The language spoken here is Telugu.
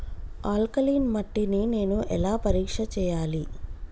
ఆల్కలీన్ మట్టి ని నేను ఎలా పరీక్ష చేయాలి?